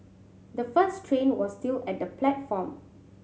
the first train was still at the platform